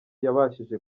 yabashije